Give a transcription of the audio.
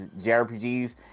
JRPGs